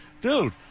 dude